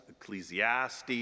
Ecclesiastes